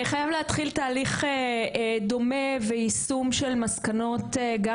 חייב להתחיל תהליך דומה ויישום של מסקנות גם